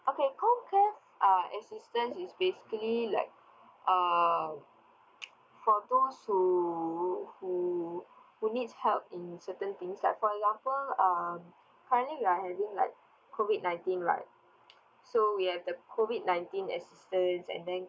okay comcare uh assistance is basically like um for those who who who needs help in certain things like for example um currently we're having like COVID nineteen right so we have the COVID nineteen assistance and then